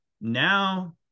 now